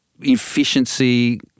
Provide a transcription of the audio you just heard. efficiency